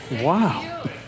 Wow